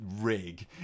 rig